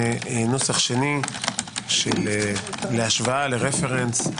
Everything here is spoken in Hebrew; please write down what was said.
ונוסח שני, להשוואה לרפרנס,